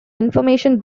information